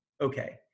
okay